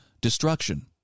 destruction